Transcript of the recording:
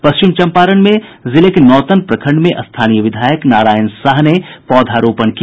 पश्चिम चंपारण में जिले के नौतन प्रखंड में स्थानीय विधायक नारायण साह ने पौधारोपण किया